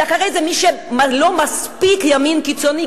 ואחרי זה מי שלא מספיק ימין קיצוני,